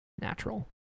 natural